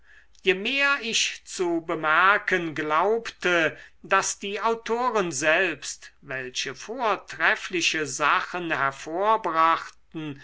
je mehr ich zu bemerken glaubte daß die autoren selbst welche vortreffliche sachen